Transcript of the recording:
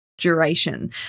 duration